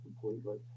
completely